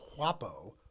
Huapo